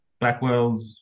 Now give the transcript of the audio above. Blackwells